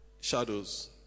shadows